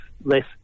less